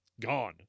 gone